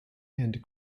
and